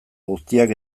guztiak